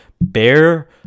Bear